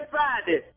Friday